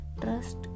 Trust